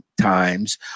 times